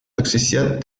toxicidad